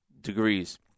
degrees